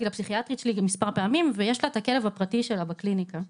לפסיכיאטרית שלי מספר פעמים ויש לה את הכלב הפרטי שלה בקליניקה.